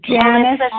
Janice